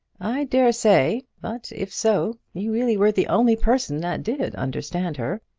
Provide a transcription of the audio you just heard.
i dare say. but if so, you really were the only person that did understand her.